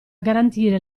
garantire